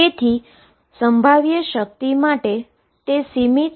તેથીત્યા potential માટે bound state છે